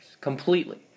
completely